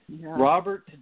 Robert